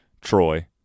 troy